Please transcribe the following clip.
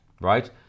Right